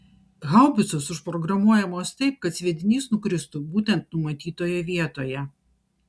haubicos užprogramuojamos taip kad sviedinys nukristų būtent numatytoje vietoje